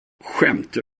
skämtar